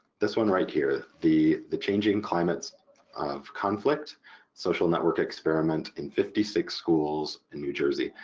this one right here, the the changing climates of conflict social network experiment in fifty six schools in new jersey.